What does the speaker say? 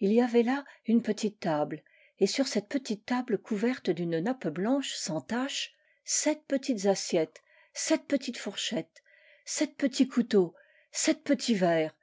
il y avait là une petite table et sur cette petite table couverte d'une nappe blanche sans tache sept petites assiettes sept petites fourchettes sept petits couteaux sept petits verres